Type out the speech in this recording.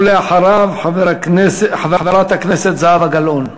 ואחריו, חברת הכנסת זהבה גלאון.